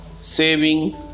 saving